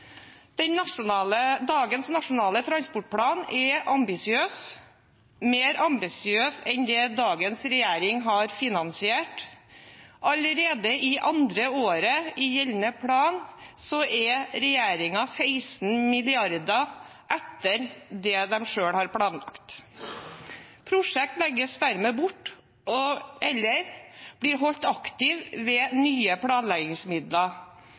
Dagens nasjonale transportplan er ambisiøs, mer ambisiøs enn det dagens regjering har finansiert. Allerede i andre året i gjeldende plan er regjeringen 16 mrd. kr etter det de selv har planlagt. Prosjekter legges dermed bort eller blir holdt aktive ved nye planleggingsmidler.